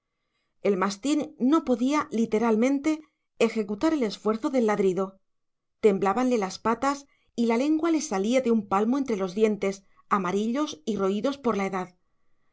el mastín no podía literalmente ejecutar el esfuerzo del ladrido temblábanle las patas y la lengua le salía de un palmo entre los dientes amarillos y roídos por la edad